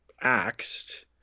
axed